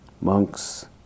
monks